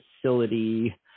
facility